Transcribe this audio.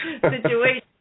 situation